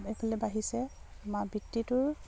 এইফালে বাঢ়িছে আমাৰ বৃত্তিটোৰ